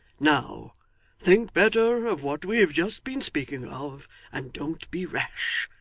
now think better of what we have just been speaking of and don't be rash,